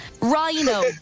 Rhino